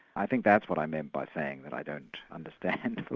i think that's what i meant by saying that i don't understand but